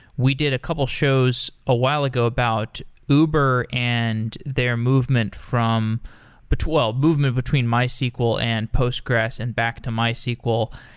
we did a couple of shows a while ago about uber and their movement from but well, movement between mysql and postgres and back to mysql.